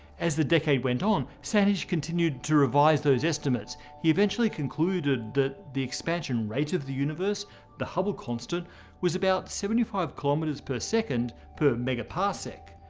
as the decade went on, sandage continued to revise those estimates. he eventually concluded that the expansion rate of the universe the hubble constant was about seventy five kilometers per second per megaparsec.